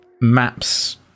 maps